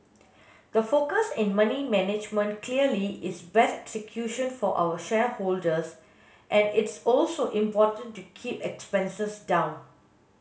the focus in money management clearly is best execution for our shareholders and it's also important to keep expenses down